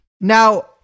Now